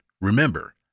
Remember